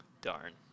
Darn